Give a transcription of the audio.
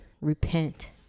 repent